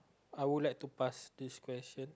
I would like to pass this question